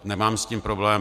Nemám s tím problém.